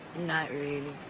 not really.